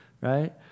Right